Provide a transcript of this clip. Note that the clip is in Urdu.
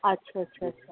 اچھا اچھا اچھا